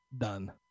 Done